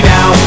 Now